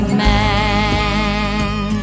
man